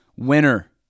Winner